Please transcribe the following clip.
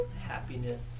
happiness